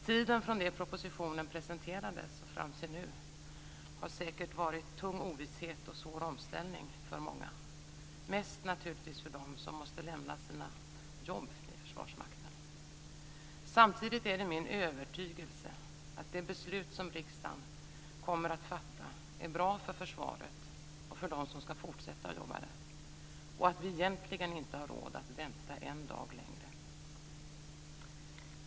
Tiden från det att propositionen presenterades och fram till nu har säkert inneburit tung ovisshet och en svår omställning för många, mest naturligtvis för dem som måste lämna sina jobb i Försvarsmakten. Samtidigt är det min övertygelse att det beslut som riksdagen kommer att fatta är bra för försvaret och för dem som ska fortsätta att jobba där och att vi egentligen inte har råd att vänta en dag längre.